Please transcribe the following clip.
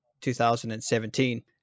2017